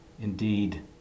indeed